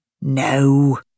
No